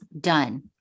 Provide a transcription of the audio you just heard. done